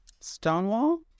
Stonewall